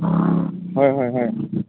হয় হয় হয়